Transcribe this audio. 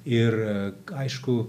ir aišku